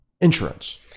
insurance